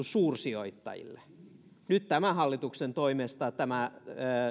suursijoittajille nyt tämän hallituksen toimesta tämä